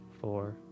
four